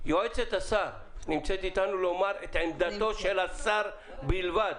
יועצת השר נמצאת איתנו לומר את עמדתו של השר בלבד?